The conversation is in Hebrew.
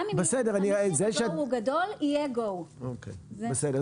גם אם המחיר הוא גדול יהיה Go. בסדר.